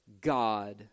God